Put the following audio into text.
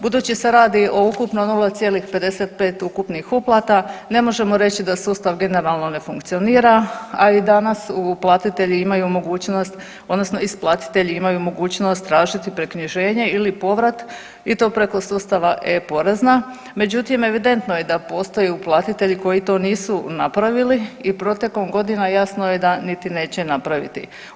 Budući se radi o ukupno 0,55 ukupnih uplata ne možemo reći da sustav generalno ne funkcionira, a i danas uplatitelji imaju mogućnost odnosno isplatitelji imaju mogućnost tražiti preknjiženje ili povrat i to preko sustava e-porezna međutim evidentno je da postoje uplatitelji koji to nisu napravili i protekom godina jasno je da niti neće napraviti.